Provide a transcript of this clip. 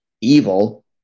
evil